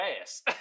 ass